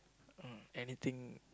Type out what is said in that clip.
mm anything